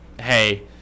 Hey